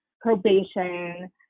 probation